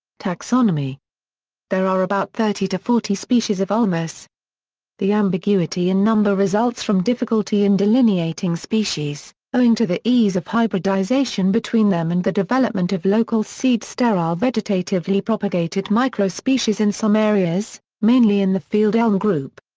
taxonomy there are about thirty to forty species of ulmus the ambiguity in number results from difficulty in delineating species, owing to the ease of hybridization between them and the development of local seed-sterile vegetatively propagated microspecies in some areas, mainly in the field elm group.